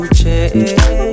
change